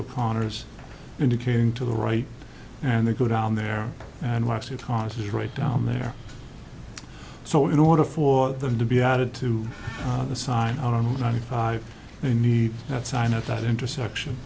o'connor's indicating to the right and they go down there and watch it horses right down there so in order for them to be added to the sign on the ninety five they need that sign at that intersection